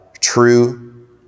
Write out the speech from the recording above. true